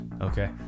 Okay